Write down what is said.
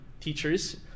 teachers